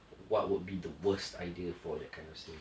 what would be the worst idea for that kind of sale